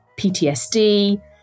PTSD